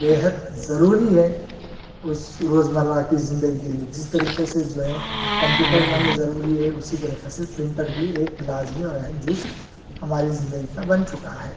بےحد ضروری ہے اس روزمرہ کی زندگی کے لئے جس طریقے سے جو ہے کمپیوٹر ہمیں ضروی ہے اسی طریقے سے پرنٹر بھی ایک لازمی اور اہم جزو ہماری زندگی کا بن چکا ہے